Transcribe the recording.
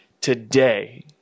today